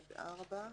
עד (4)